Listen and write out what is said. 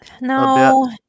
No